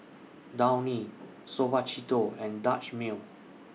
Downy Suavecito and Dutch Mill